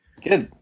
good